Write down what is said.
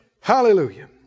hallelujah